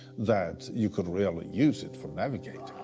that you could really use it for navigating.